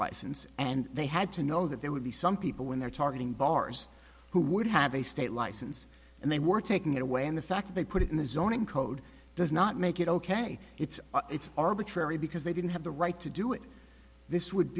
license and they had to know that there would be some people when they're targeting bars who would have a state license and they were taking it away and the fact they put it in the zoning code does not make it ok it's it's arbitrary because they didn't have the right to do it this would